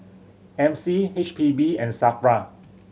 M C H P B and SAFRA